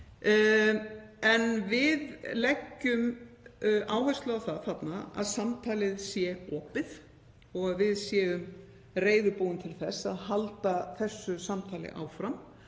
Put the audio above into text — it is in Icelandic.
En við leggjum áherslu á það þarna að samtalið sé opið og að við séum reiðubúin til þess að halda þessu samtali áfram.